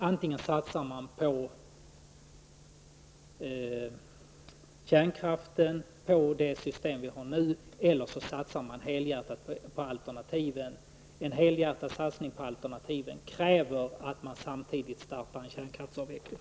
Antingen satsar man på det system som vi nu har, kärnkraften, eller också satsar man helhjärtat på alternativen. En helhjärtad satsning på alternativen kräver att man samtidigt startar en kärnkraftsavveckling.